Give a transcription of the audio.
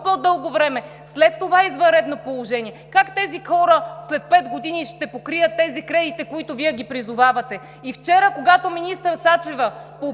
по-дълго време след това извънредно положение, как тези хора след пет години ще покрият тези кредити, както Вие ги призовавате? И вчера, когато министър Сачева